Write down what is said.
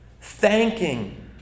thanking